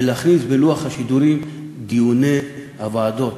ולהכניס בלוח השידורים את דיוני הוועדות.